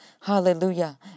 hallelujah